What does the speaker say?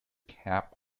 cap